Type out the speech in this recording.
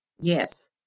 Yes